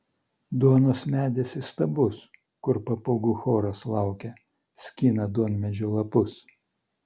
duonos medis įstabus kur papūgų choras laukia skina duonmedžio lapus